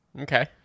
Okay